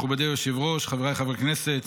מכובדי היושב-ראש, חבריי חברי הכנסת,